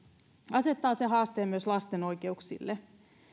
asettaa se haasteen myös lasten oikeuksille